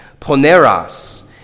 Poneras